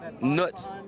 nuts